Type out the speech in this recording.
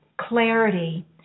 clarity